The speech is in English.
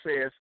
says